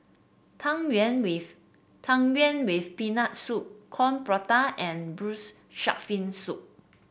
Tang Yuen with Tang Yuen with Peanut Soup Coin Prata and Braised Shark Fin Soup